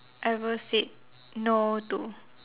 ever said no to